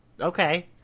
okay